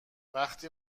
وقتی